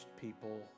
people